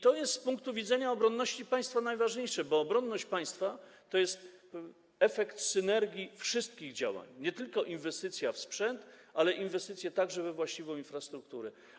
To jest z punktu widzenia obronności państwa najważniejsze, bo obronność państwa to jest efekt synergii wszystkich działań: nie tylko inwestycji w sprzęt, ale także inwestycji we właściwą infrastrukturę.